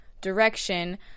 direction